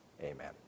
Amen